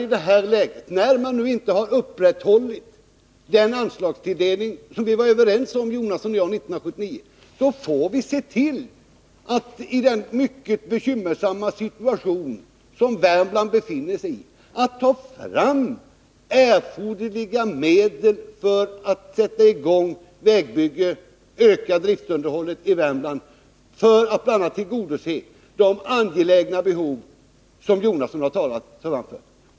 Vi menar att när man inte har upprätthållit den anslagstilldelning som Bertil Jonasson och jag var överens om 1979 får vi se till att, i den mycket bekymmersamma situation som Värmland befinner sig i, ta fram erforderliga medel för att sätta i gång vägbyggen och öka driftunderhållet i Värmland och därmed bl.a. tillgodose de angelägna behov som Bertil Jonasson har talat så varmt för.